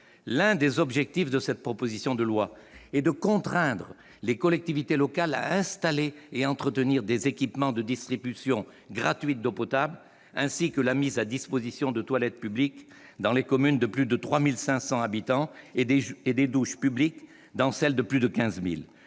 L'un des objectifs de cette proposition de loi est de contraindre les collectivités locales à installer et entretenir des équipements de distribution gratuite d'eau potable, ainsi que la mise à disposition de toilettes publiques dans les communes de plus de 3 500 habitants et des douches publiques dans celles de plus de 15 000.